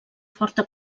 forta